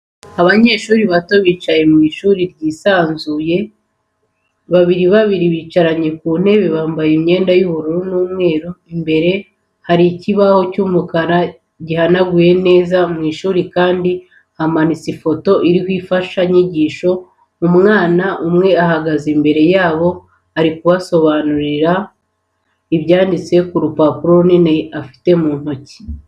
Abana bato bicaye mu ishuri ryisanzuye babiri babiri bicaranye ku ntebe bambaye imyenda y'ubururu n'umweru, imbere hari ikibaho cy'umukara gihanaguye neza, mu ishuri kandi hamanitse ifoto ariho imfashanyigisho, umwana umwe ahagaze imbere yabo ari kubasomera ibyanditse ku rupapuro runini afite mu ntoki.